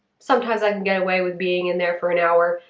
sometimes i can get away with being in there for an hour.